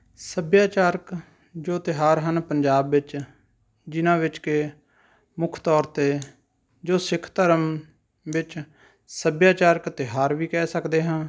ਸੱਭਿਆਚਾਰਕ ਜੋ ਤਿਉਹਾਰ ਹਨ ਪੰਜਾਬ ਵਿੱਚ ਜਿਹਨਾਂ ਵਿੱਚ ਕਿ ਮੁੱਖ ਤੌਰ 'ਤੇ ਜੋ ਸਿੱਖ ਧਰਮ ਵਿੱਚ ਸੱਭਿਆਚਾਰਕ ਤਿਉਹਾਰ ਵੀ ਕਹਿ ਸਕਦੇ ਹਾਂ